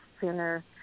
sooner